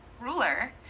ruler